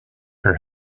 her